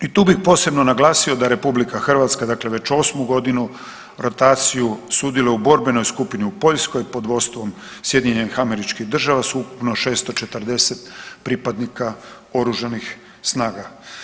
I tu bi posebno naglasio da RH dakle već 8. godinu rotacije sudjeluje u borbenoj skupini u Poljskoj pod vodstvom SAD-a s ukupno 640 pripadnika Oružanih snaga.